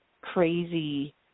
crazy